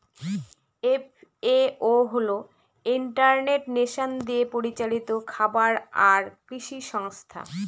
FAO হল United Nation দিয়ে পরিচালিত খাবার আর কৃষি সংস্থা